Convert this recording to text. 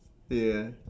ya